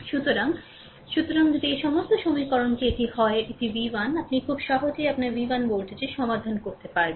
সুতরাং সুতরাং যদি এই সমস্ত সমীকরণটি এটি হয় এটি v1 আপনি খুব সহজেই আপনার v1 ভোল্টেজের সমাধান করতে পারেন